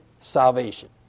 salvation